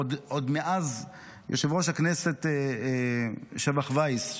עוד מאז יושב-ראש הכנסת שבח וייס,